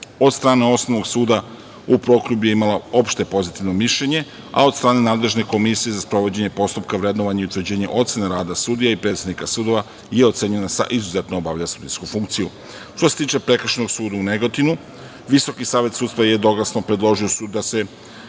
Od strane Osnovnog suda u Prokuplju je imala opšte pozitivno mišljenje, a od strane nadležne komisije za sprovođenje postupka, vrednovanje i utvrđivanje ocene rada sudija i predsednika sudova je ocenjena sa „izuzetno obavlja sudijsku funkciju“.Što se tiče Prekršajnog suda u Negotinu, Visoki savet sudstva jednoglasno je predložio da se